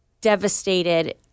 devastated